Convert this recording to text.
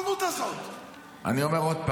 רביבו,